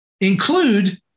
include